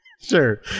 Sure